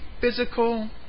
physical